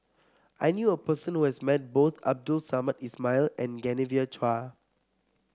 I knew a person who has met both Abdul Samad Ismail and Genevieve Chua